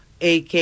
AK